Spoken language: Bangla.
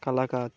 কালাকাঁদ